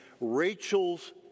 Rachel's